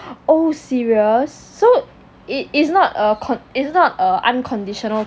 oh serious so it is not a con is not a unconditional